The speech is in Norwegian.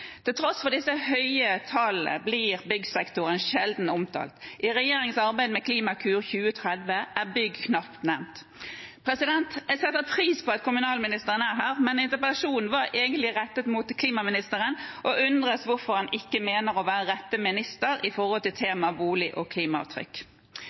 Til tross for disse høye tallene blir byggsektoren sjelden omtalt. I regjeringens arbeid med Klimakur 2030 er bygg knapt nevnt. Jeg setter pris på at kommunalministeren er her, men interpellasjonen var egentlig rettet til klimaministeren, og jeg undres på hvorfor han ikke mener å være rette minister for temaet bolig og klimaavtrykk. Det ble investert 466 mrd. kr i